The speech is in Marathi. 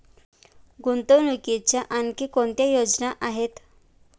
गुंतवणुकीच्या आणखी कोणत्या योजना आहेत?